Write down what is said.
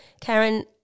Karen